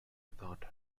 without